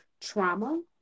trauma